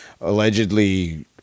allegedly